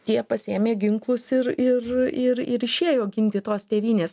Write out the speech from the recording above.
tie pasiėmė ginklus ir ir ir ir išėjo ginti tos tėvynės